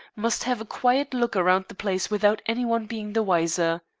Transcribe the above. must have a quiet look around the place without anyone being the wiser.